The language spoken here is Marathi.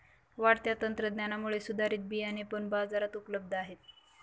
वाढत्या तंत्रज्ञानामुळे सुधारित बियाणे पण बाजारात उपलब्ध आहेत